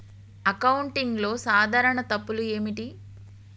అకౌంటింగ్లో సాధారణ తప్పులు ఏమిటి?